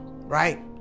right